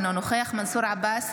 אינו נוכח מנסור עבאס,